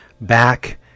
back